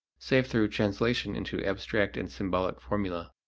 save through translation into abstract and symbolic formulae.